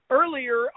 earlier